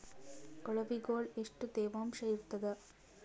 ಕೊಳವಿಗೊಳ ಎಷ್ಟು ತೇವಾಂಶ ಇರ್ತಾದ?